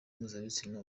mpuzabitsina